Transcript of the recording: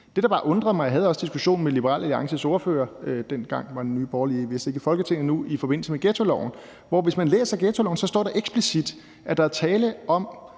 form for retssikkerhed. Jeg havde også diskussionen med Liberal Alliances ordfører, dengang var Nye Borgerlige vist ikke i Folketinget endnu, i forbindelse med ghettoloven, og der står i ghettoloven eksplicit, at der er tale om